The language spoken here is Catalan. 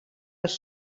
els